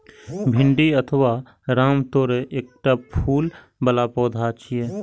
भिंडी अथवा रामतोरइ एकटा फूल बला पौधा छियै